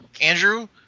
Andrew